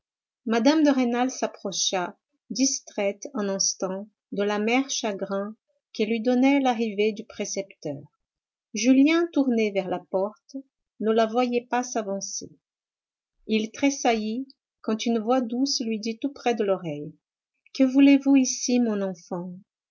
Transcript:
mme de rênal s'approcha distraite un instant de l'amer chagrin que lui donnait l'arrivée du précepteur julien tourné vers la porte ne la voyait pas s'avancer il tressaillit quand une voix douce lui dit tout près de l'oreille que voulez-vous ici mon enfant